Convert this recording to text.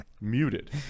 Muted